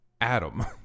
adam